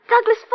Douglas